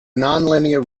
nonlinear